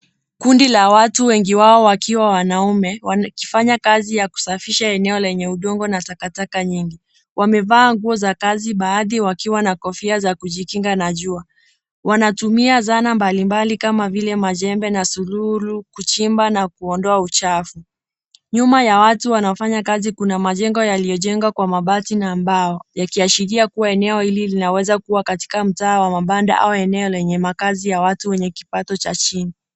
Kundi la watu. Wengi wao wakiwa wanaume wakifanya kazi ya kusafisha eneo lenye udongo na takataka nyingi. Wamevaa nguo za kazi baadhi wakiwa na kofia za kujikinga na jua. Wanatumia zana mbali mbali kama vile majembe na sururu kuchimba na kuondoa uchafu. Nyuma ya watu wanaofanya kazi kuna majengo yaliyojengwa kwa mabati na mbao, yakiashiria kuwa eneo hili linaweza kuwa katika mtaa wa mabanda au eneo lenye makazi ya watu wenye kipato cha chini.